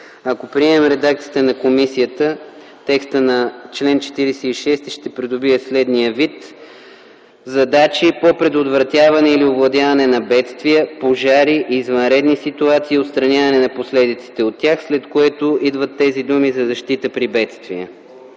Ако приемем редакцията на комисията, текстът на чл. 46 ще придобие следния вид: „Чл. 46. Задачи по предотвратяване или овладяване на бедствия, пожари, извънредни ситуации и отстраняване на последиците от тях”, след което идват думите „за защита при бедствия”.